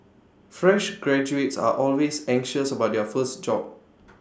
fresh graduates are always anxious about their first job